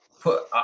put